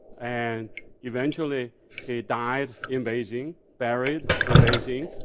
and eventually he died in beijing, buried in beijing.